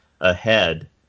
ahead